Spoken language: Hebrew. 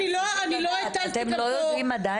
אני לא הטלתי כאן,